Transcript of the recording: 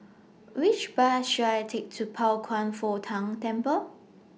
Which Bus should I Take to Pao Kwan Foh Tang Temple